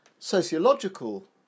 sociological